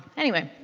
anyway,